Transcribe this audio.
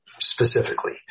specifically